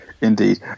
Indeed